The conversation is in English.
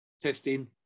testing